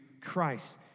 Christ